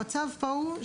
למרות המצוקה של